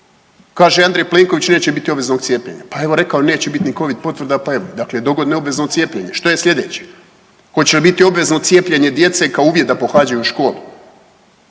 Kaže Andrej Plenković neće biti obveznog cijepljenja, pa evo rekao je neće bit ni covid potvrda, pa evo, dakle dogodine obvezno cijepljenje. Što je slijedeće? Hoće li biti obvezno cijepljenje djece kao uvjet da pohađaju školu